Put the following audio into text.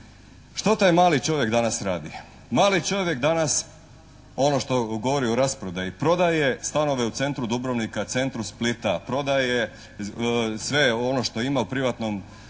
Što taj mali čovjek danas radi? Mali čovjek danas, ono što govori o rasprodaji, prodaje stanove u centru Dubrovnika, centru Splita, prodaje sve ono što ima u privatnom,